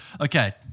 Okay